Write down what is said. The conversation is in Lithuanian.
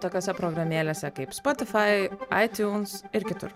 tokiose programėlėse kaip spotifai aitiuns ir kitur